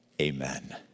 Amen